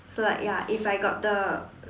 so like ya if I got the